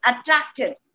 attracted